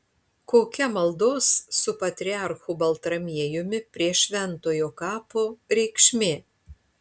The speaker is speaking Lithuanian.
kokia maldos su patriarchu baltramiejumi prie šventojo kapo reikšmė